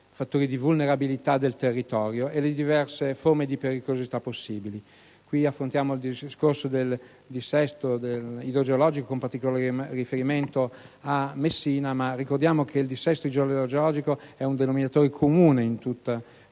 fattori di vulnerabilità del territorio e le diverse forme di pericolosità possibili. Qui affrontiamo il discorso del dissesto idrogeologico con particolare riferimento a Messina, ma ricordiamo che questo fenomeno è un denominatore comune in tutto